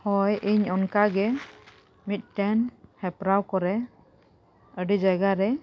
ᱦᱳᱭ ᱤᱧ ᱚᱱᱠᱟᱜᱮ ᱢᱤᱫᱴᱮᱱ ᱦᱮᱯᱨᱟᱣ ᱠᱚᱨᱮ ᱟᱹᱰᱤ ᱡᱟᱭᱜᱟ ᱨᱮ